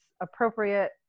appropriate